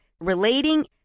relating